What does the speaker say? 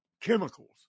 chemicals